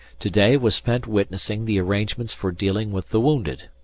to-day was spent witnessing the arrangements for dealing with the wounded.